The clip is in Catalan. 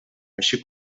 així